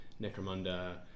Necromunda